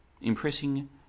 Impressing